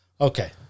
Okay